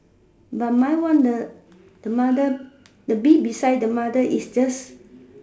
but my one the the mother the B beside the mother is just